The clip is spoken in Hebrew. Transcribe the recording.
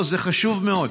זה חשוב מאוד.